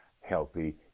healthy